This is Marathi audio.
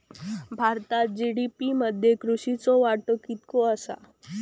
भारतात जी.डी.पी मध्ये कृषीचो वाटो कितको आसा?